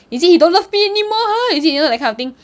is it he don't love me anymore is it you know that kind of thing